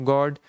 God